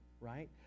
right